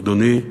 אדוני,